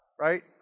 right